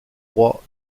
proies